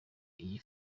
iyi